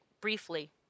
briefly